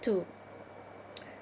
to